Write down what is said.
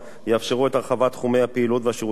יאפשרו את הרחבת תחומי הפעילות והשירותים שהוא